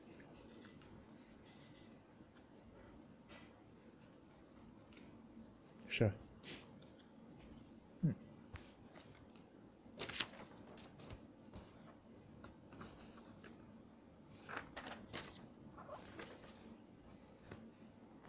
sure mm